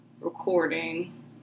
recording